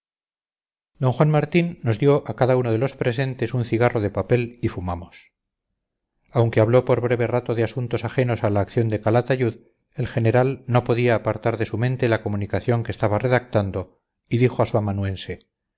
d juan martín nos dio a cada uno de los presentes un cigarro de papel y fumamos aunque habló por breve rato de asuntos ajenos a la acción de calatayud el general no podía apartar de su mente la comunicación que estaba redactando y dijo a su amanuense